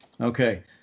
Okay